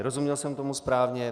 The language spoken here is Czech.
Rozuměl jsem tomu správně?